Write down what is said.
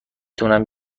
تونم